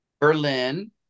Berlin